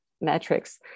metrics